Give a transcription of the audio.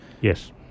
Yes